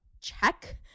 check